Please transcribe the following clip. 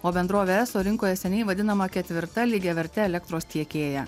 o bendrovė eso rinkoje seniai vadinama ketvirta lygiaverte elektros tiekėja